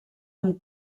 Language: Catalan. amb